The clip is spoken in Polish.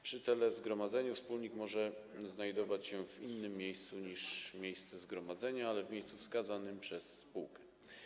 Przy telezgromadzeniu wspólnik może znajdować się w innym miejscu niż miejsce zgromadzenia, ale w miejscu wskazanym przez spółkę.